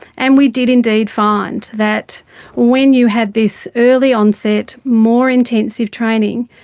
and we did indeed find that when you had this early onset more intensive training,